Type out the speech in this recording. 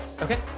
Okay